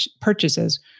purchases